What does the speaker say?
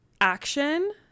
action